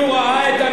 טוב